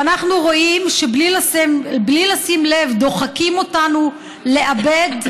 ואנחנו רואים שבלי לשים לב דוחקים אותנו לאבד,